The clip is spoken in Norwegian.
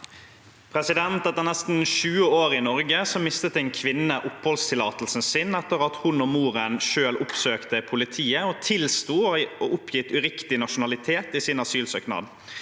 «Etter 18 år i Norge mistet en kvinne oppholdstillatelsen sin, etter at hun og moren selv oppsøkte politiet og tilsto å ha oppgitt uriktig nasjonalitet i sin asylsøknad.